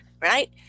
right